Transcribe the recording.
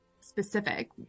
specific